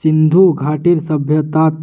सिंधु घाटीर सभय्तात